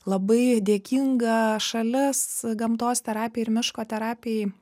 labai dėkinga šalis gamtos terapijai ir miško terapijai